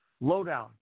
lowdown